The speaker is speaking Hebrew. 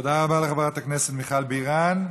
תודה רבה לחברת הכנסת מיכל בירן.